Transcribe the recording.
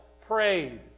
prayed